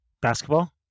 Basketball